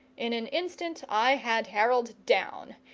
in an instant i had harold down,